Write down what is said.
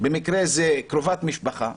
במקרה זה קרובת משפחה.